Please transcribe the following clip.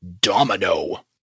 domino